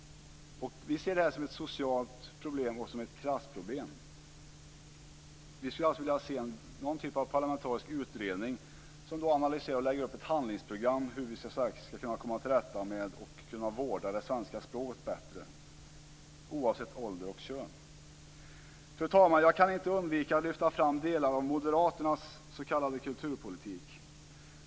Vi ser det här som ett socialt problem och ett klassproblem. Vi skulle vilja se någon typ av parlamentarisk utredning som analyserar detta och lägger upp ett handlingsprogram för hur man skall komma till rätta med problemen och vårda det svenska språket bättre, oavsett ålder och kön. Fru talman! Jag kan inte undvika att lyfta fram delar av moderaternas s.k. kulturpolitik.